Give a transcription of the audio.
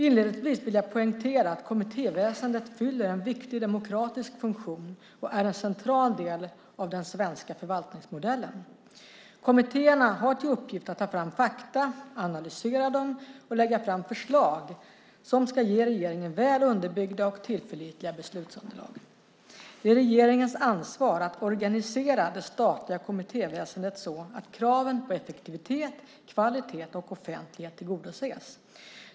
Inledningsvis vill jag poängtera att kommittéväsendet fyller en viktig demokratisk funktion och är en central del av den svenska förvaltningsmodellen. Kommittéerna har till uppgift att ta fram fakta, analysera dem och lägga fram förslag som ska ge regeringen väl underbyggda och tillförlitliga beslutsunderlag. Det är regeringens ansvar att organisera det statliga kommittéväsendet så att kraven på effektivitet, kvalitet och offentlighet tillgodoses.